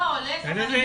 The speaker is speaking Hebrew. להיפך.